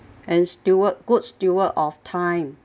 and steward good steward of time